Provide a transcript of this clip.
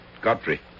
Godfrey